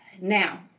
Now